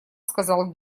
сказал